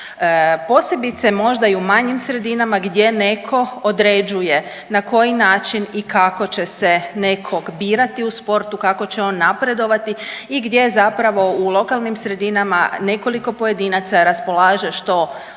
posebice možda i u manjim sredinama gdje neko određuje na koji način i kako će se nekog birati u sportu, kako će on napredovati i gdje zapravo u lokalnim sredinama nekoliko pojedinaca raspolaže što lokalnim